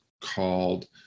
called